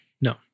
No